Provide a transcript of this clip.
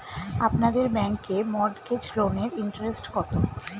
আপনাদের ব্যাংকে মর্টগেজ লোনের ইন্টারেস্ট কত?